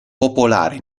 popolare